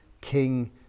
King